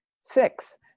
six